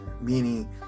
meaning